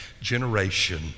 generation